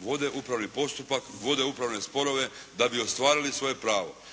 Vode upravni postupak, vode upravne sporove da bi ostvarili svoje pravo.